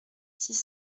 six